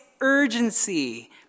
urgency